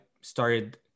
started